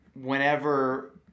whenever